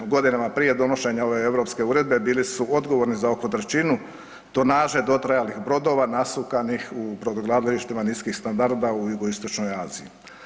U godinama prije donošenja ove europske uredbe bili su odgovorni za oko trećinu tonaže dotrajalih brodova nasukanih u brodogradilištima niskih standarda u jugoistočnoj Aziji.